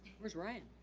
where's ryan?